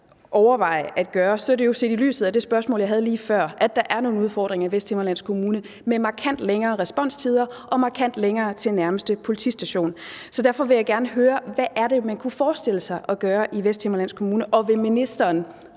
overveje at gøre, så er det jo set i lyset af det spørgsmål, jeg havde lige før, altså at der er nogle udfordringer i Vesthimmerlands Kommune med markant længere responstider og markant længere til nærmeste politistation. Så derfor vil jeg gerne høre: Hvad er det, man kan forestille sig at gøre i Vesthimmerlands Kommune? Og vil ministeren